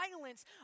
violence